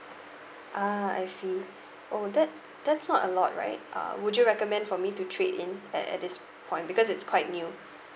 ah I see oh that that's not a lot right uh would you recommend for me to trade in at at this point because it's quite new